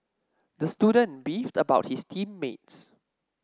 the student beefed about his team mates